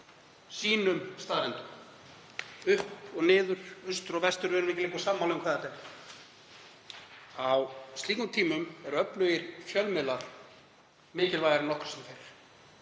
sínum staðreyndum. Upp og niður, austur og vestur, við erum ekki lengur sammála um hvað það er. Á slíkum tímum er öflugir fjölmiðlar mikilvægari en nokkru sinni